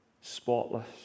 spotless